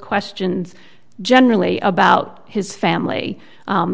questions generally about his family